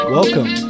welcome